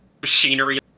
machinery